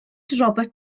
robert